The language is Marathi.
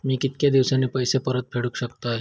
मी कीतक्या दिवसांनी पैसे परत फेडुक शकतय?